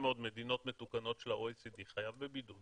מאוד מדינות מתוקנות שלא ה-OECD חייב בבידוד,